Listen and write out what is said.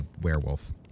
werewolf